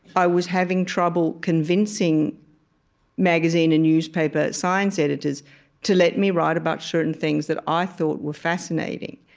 i was having trouble convincing magazine and newspaper science editors to let me write about certain things that i thought were fascinating.